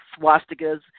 swastikas